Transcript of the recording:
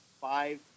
five